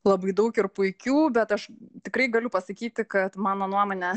labai daug ir puikių bet aš tikrai galiu pasakyti kad mano nuomone